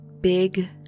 big